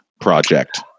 project